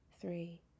three